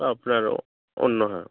আপনার ও অন্য হ্যাঁ